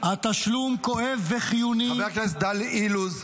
חבר הכנסת דן אילוז,